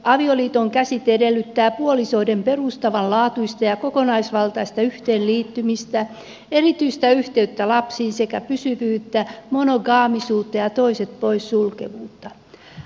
avioliiton käsite edellyttää puolisoiden perustavanlaatuista ja kokonaisvaltaista yhteenliittymistä erityistä yhteyttä lapsiin sekä pysyvyyttä monogaamisuutta ja toiset poissulkevuutta